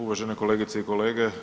Uvažene kolegice i kolege.